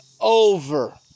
over